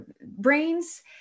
brains